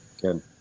good